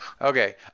Okay